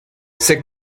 c’est